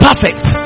Perfect